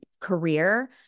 career